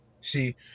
See